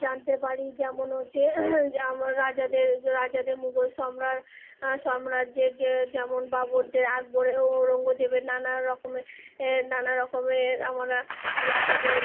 জানতে পারি যেমন হচ্ছে যেম রাজাদের মোগল সম্রাট সম্রাজ্যের যে যেমন বাবরদের আকবরে ঔরঙ্গজেবের নানা রকমের এ নানা রকমের আমরা রাজাদের